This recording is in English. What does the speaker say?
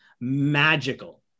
magical